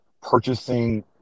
purchasing